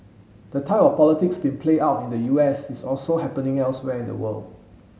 the type of politics being played out in the U S is also happening elsewhere in the world